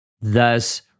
thus